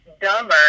dumber